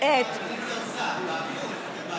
מה אכפת לכם